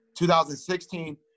2016